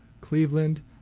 Cleveland